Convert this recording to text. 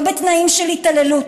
לא בתנאים של התעללות.